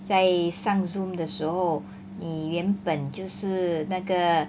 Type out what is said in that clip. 在上 Zoom 的时候你原本就是那个